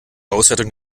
auswertung